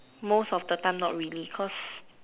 most of the time not really cause